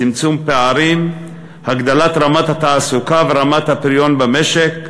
צמצום פערים, הגדלת רמת התעסוקה ורמת הפריון במשק,